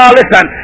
listen